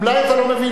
אולי אתה לא מבין,